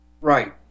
Right